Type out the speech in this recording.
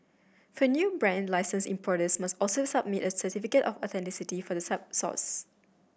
for new brand licensed importers must also submit a certificate of authenticity for the source